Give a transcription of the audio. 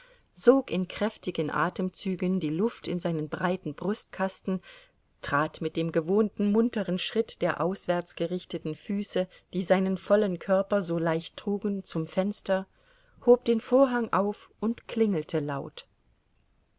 sog in kräftigen atemzügen die luft in seinen breiten brustkasten trat mit dem gewohnten munteren schritt der auswärts gerichteten füße die seinen vollen körper so leicht trugen zum fenster hob den vorhang auf und klingelte laut